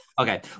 okay